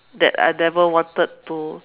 that I never wanted to